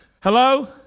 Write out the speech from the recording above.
Hello